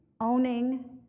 owning